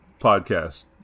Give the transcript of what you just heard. podcast